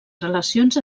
relacions